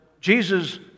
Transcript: Jesus